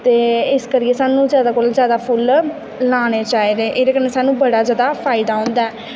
ते इस करियै सानूं जादा कोला जादा फुल्ल लाने चाहिदे एह्दे कन्नै सानूं बड़ा जादा फायदा होंदा ऐ